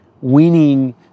winning